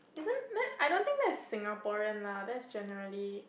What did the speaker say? isn't then I don't think that's Singaporean lah that's generally